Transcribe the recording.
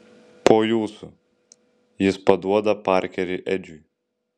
po jūsų jis paduoda parkerį edžiui